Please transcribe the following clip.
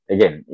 Again